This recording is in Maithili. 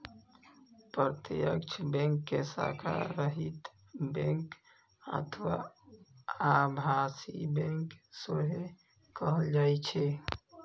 प्रत्यक्ष बैंक कें शाखा रहित बैंक अथवा आभासी बैंक सेहो कहल जाइ छै